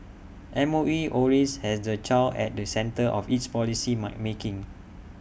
M O E always has the child at the centre of its policy might making